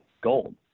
gold